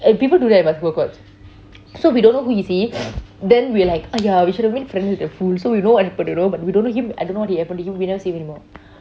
eh people do that at basketball courts so we don't know who is he then we like !aiya! we should have made friends with the fool so we know what happened to but we don't know him I don't what happened to him we never see him anymore